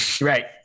Right